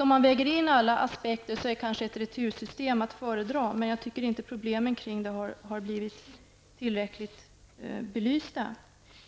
Om man väger in alla aspekter kommer man kanske fram till att ett retursystem är att föredra, men jag tycker inte att problemen med ett sådant har blivit tillräckligt belysta.